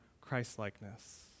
Christlikeness